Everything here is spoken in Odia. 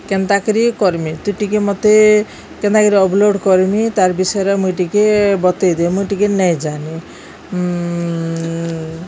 କେନ୍ତାକରି କର୍ମି ତୁଇ ଟିକେ ମତେ କେନ୍ତାକରି ଅପ୍ଲୋଡ଼୍ କର୍ମି ତାର୍ ବିଷୟରେ ମୁଇଁ ଟିକେ ବତେଇଦେ ମୁଇଁ ଟିକେ ନେଇଜାନି